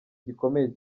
gikomeye